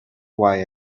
why